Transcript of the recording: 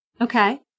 Okay